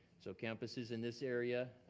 so campuses in this area,